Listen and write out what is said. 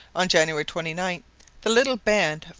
on january twenty nine the little band,